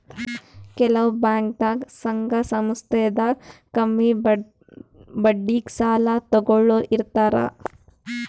ಕೆಲವ್ ಬ್ಯಾಂಕ್ದಾಗ್ ಸಂಘ ಸಂಸ್ಥಾದಾಗ್ ಕಮ್ಮಿ ಬಡ್ಡಿಗ್ ಸಾಲ ತಗೋಳೋರ್ ಇರ್ತಾರ